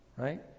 Right